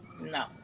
No